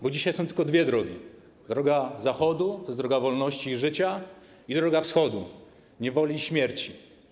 Bo dzisiaj są tylko dwie drogi, droga Zachodu, tj. droga wolności i życia, i druga - Wschodu, niewoli i śmierci.